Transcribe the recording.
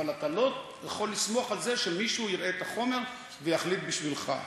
אבל אתה לא יכול לסמוך על זה שמישהו יראה את החומר ויחליט בשבילך.